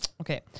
Okay